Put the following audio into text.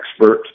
expert